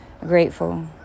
grateful